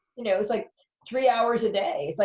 you know, it was like three hours a day. it's like,